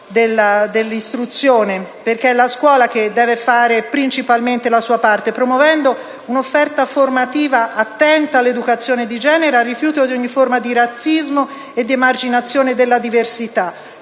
dell'istruzione - deve fare principalmente la sua parte, promuovendo un'offerta formativa attenta all'educazione di genere, al rifiuto di ogni forma di razzismo e di emarginazione della diversità,